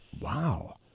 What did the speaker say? Wow